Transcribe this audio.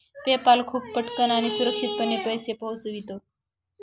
PayPal खूप पटकन आणि सुरक्षितपणे पैसे पोहोचविते